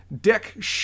Dick